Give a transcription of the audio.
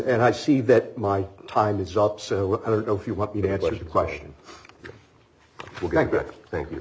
i see that my time is up so i don't know if you want me to answer your question thank you